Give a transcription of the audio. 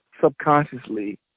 subconsciously